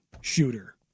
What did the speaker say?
shooter